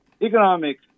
economic